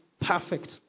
perfect